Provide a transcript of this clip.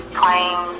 playing